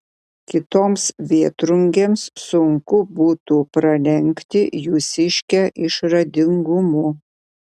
kitoms vėtrungėms sunku būtų pralenkti jūsiškę išradingumu